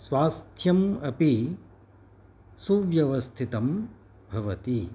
स्वास्थ्यम् अपि सुव्यवस्थितं भवति